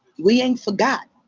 we ain't forgot.